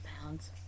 Pounds